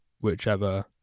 whichever